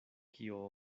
kio